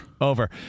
Over